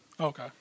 Okay